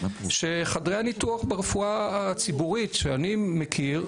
שחדרי הניתוח ברפואה הציבורית שאני מכיר,